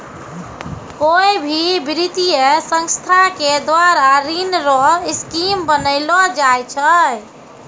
कोय भी वित्तीय संस्था के द्वारा ऋण रो स्कीम बनैलो जाय छै